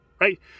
right